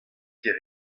ket